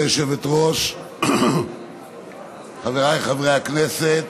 גברתי היושבת-ראש, חבריי חברי הכנסת,